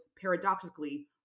paradoxically